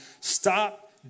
Stop